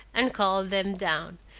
and called them down,